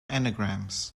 anagrams